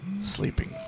sleeping